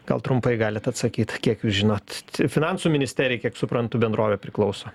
gal trumpai galit atsakyt kiek jūs žinot finansų ministerijai kiek suprantu bendrovė priklauso